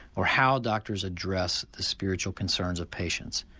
or how doctors address the spiritual concerns of patients.